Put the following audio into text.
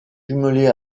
jumelée